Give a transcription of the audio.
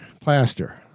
plaster